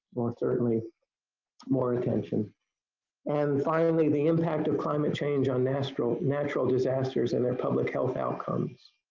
more, certainly more attention and finally the impact of climate change on natural natural disasters and their public health outcomes.